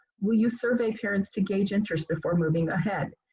will you survey parents to gauge interest before moving ahead.